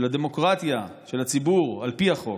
של הדמוקרטיה, של הציבור על פי החוק,